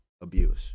abuse